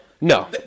No